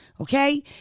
okay